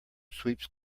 sweeps